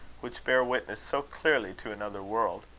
which bear witness so clearly to another world.